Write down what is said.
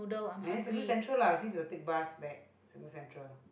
and Serangoon central lah which is you take bus back Serangoon central